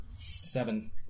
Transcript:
seven